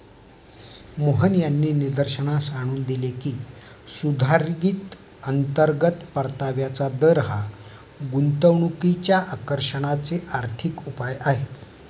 मोहन यांनी निदर्शनास आणून दिले की, सुधारित अंतर्गत परताव्याचा दर हा गुंतवणुकीच्या आकर्षणाचे आर्थिक उपाय आहे